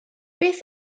beth